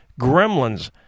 Gremlins